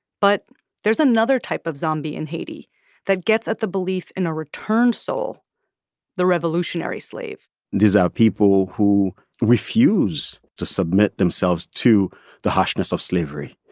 but there is another type of zombie in haiti that gets at the belief in a returned soul the revolutionary slave these are people who refuse to submit themselves to the harshness of slavery,